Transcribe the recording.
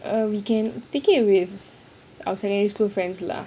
err we can staycay with our secondary school friends lah